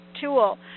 tool